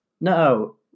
No